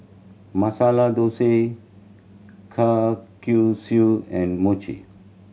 Masala Dosa Kalguksu and Mochi